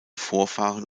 vorfahren